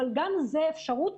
אבל גם זו אפשרות,